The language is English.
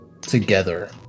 Together